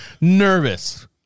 nervous